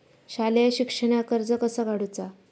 शालेय शिक्षणाक कर्ज कसा काढूचा?